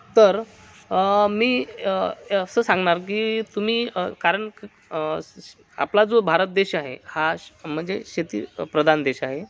तर मी हे असं सांगणार की तुम्ही कारण आपला जो भारत देश आहे हा म्हणजे शेतीप्रधान देश आहे